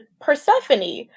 Persephone